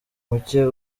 muke